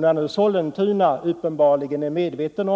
När Sollentuna kommun uppenbarligen medvetet